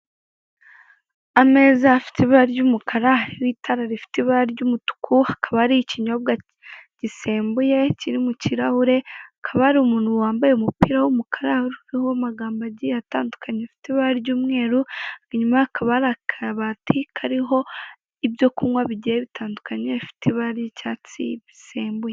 Ameza afite ibara ry'umukara n'itara rifite ibara ry'umutuku, hakaba hariho ikinyobwa gisembuye kiri mu kirahure, hakaba hari umuntu wambaye umupira w'umukara wanditseho amagambo agiye atandukanye ufite ibara ry'umweru, inyuma ye hakaba hari akabati kariho ibyo kunywa bigiye bitandukanye bifite ibara ry'icyatsi bisembuye. e e e e e e e e